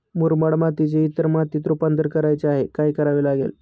मुरमाड मातीचे इतर मातीत रुपांतर करायचे आहे, काय करावे लागेल?